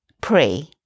Pray